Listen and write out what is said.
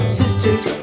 sisters